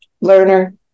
learner